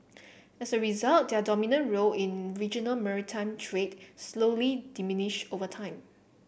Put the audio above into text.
as a result their dominant role in regional maritime trade slowly diminished over time